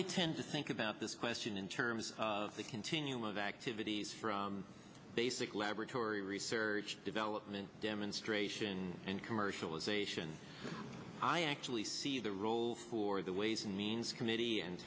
i tend to think about this question in terms of the continuum of activities from basic laboratory research development demonstration and commercialization i actually see the role for the ways and means committee and